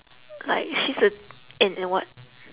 like she's a and and what